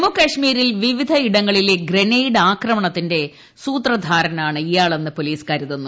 ജമ്മുകശ്മീരിൽ വിവിധ ഇടങ്ങളിലെ ഗ്രനേഡ് ആക്രമണത്തിന്റെ സൂത്രധാരനാണ് ഇയാളെന്ന് പൊലീസ് കരുതുന്നു